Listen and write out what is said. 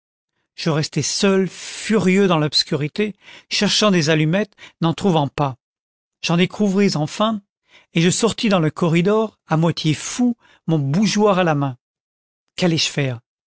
je restai seul furieux dans l'obscurité cherchant des allumettes n'en trouvant pas j'en découvris enfin et je sortis dans le corridor à moitié fou mon bougeoir à la main quallais je faire